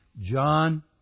John